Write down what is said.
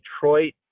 Detroit